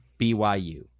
BYU